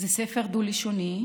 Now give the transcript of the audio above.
זה ספר דו-לשוני,